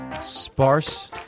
sparse